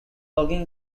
logging